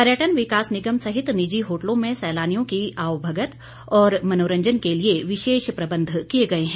पर्यटन विकास निगम सहित निजी होटलों में सैलानियों की आवभगत और मनोरंजन के लिए विशेष प्रबंध किए गए हैं